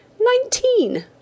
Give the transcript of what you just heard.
Nineteen